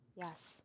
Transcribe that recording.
yes